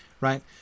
right